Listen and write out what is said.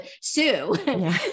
sue